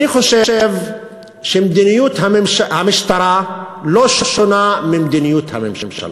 אני חושב שמדיניות המשטרה לא שונה ממדיניות הממשלה.